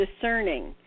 discerning